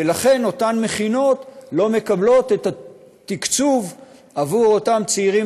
ולכן אותן מכינות לא מקבלות את התקציב עבור אותם צעירים